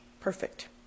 perfect